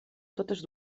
totes